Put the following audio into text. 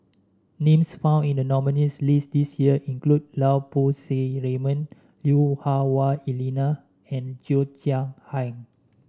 names found in the nominees' list this year include Lau Poo Seng Raymond Lui Hah Wah Elena and Cheo Chai Hiang